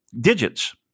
digits